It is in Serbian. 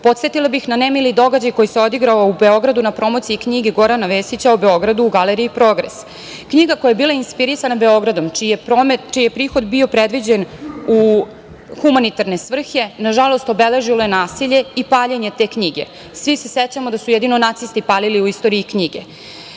Podsetila bih na nemili događaj koji se odigrao u Beogradu na promociji knjiga Gorana Vesića o Beogradu u galeriji "Progres". Knjiga koja je bila inspirisana Beograda, čiji je prihod bio predviđen u humanitarne svrhe nažalost obeležila je nasilje i paljenje te knjige. Svi se sećamo da su jedino nacisti u istoriji palili